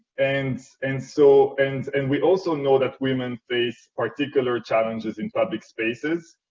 and and so and and we also know that women face particular challenges in public spaces,